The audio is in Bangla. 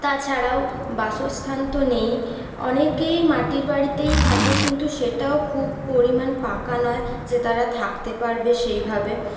তাছাড়াও বাসস্থান তো নেই অনেকেই মাটির বাড়িতেই থাকে কিন্তু সেটাও খুব পরিমাণ পাকা নয় যে তারা থাকতে পারবে সেইভাবে